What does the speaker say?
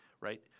right